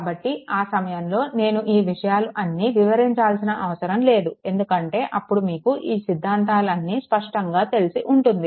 కాబట్టి ఆ సమయంలో నేను ఈ విషయాలు అన్నీ వివరించాల్సిన అవసరం లేదు ఎందుకంటే అప్పుడు మీకు ఈ సిద్ధాంతాలు అన్నీ స్పష్టంగా తెలిసి ఉంటుంది